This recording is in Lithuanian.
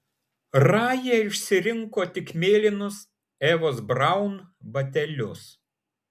raja išsirinko tik mėlynus evos braun batelius